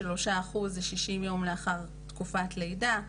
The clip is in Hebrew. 23% זה יולדות שעבר 60 יום לאחר תקופת הלידה,